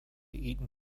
eton